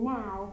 now